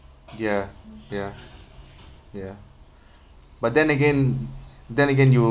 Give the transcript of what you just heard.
ya ya ya but then again then again you'll